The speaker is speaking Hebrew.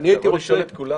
הייתי שואל את כולם